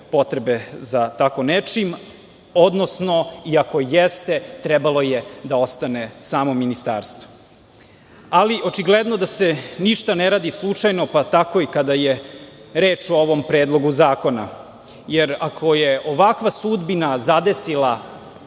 potrebe za tako nečim, odnosno i ako jeste trebalo je da ostane samo ministarstvo. Ali, očigledno da se ništa ne radi slučajno, pa tako i kada je reč o ovom predlogu zakona. Jer, ako je ovakva sudbina zadesila